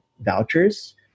vouchers